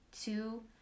two